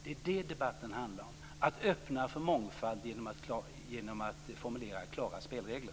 Det är det debatten handlar om, att öppna för mångfald genom att formulera klara spelregler.